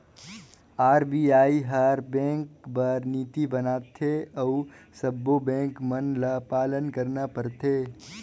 RBI हर bank बर नीति बनाथे अउ सब्बों बेंक मन ल पालन करना परथे